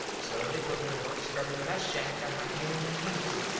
so they put me to work scrubbin the mess shack on my hans and nees.